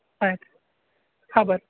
ಆಯ್ತ್ರೀ ಹಾಂ ಬರ್ರಿ